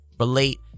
relate